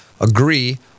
agree